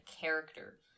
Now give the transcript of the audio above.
character